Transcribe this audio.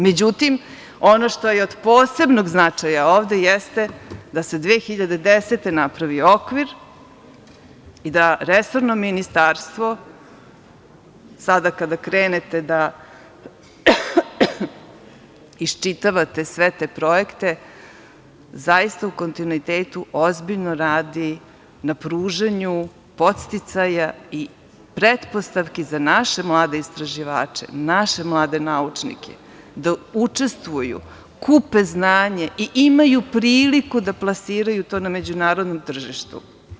Međutim, ono što je od posebnog značaja ovde jeste da se 2010. godine napravi okvir i da resorno ministarstvo, sada kada krenete, iščitavate sve te projekte zaista u kontinuitetu ozbiljno radi na pružanju podsticaja i pretpostavki za naše mlade istraživače, naše mlade naučnike, da učestvuju, kupe znanje i imaju priliku da plasiraju to na međunarodnom tržištu.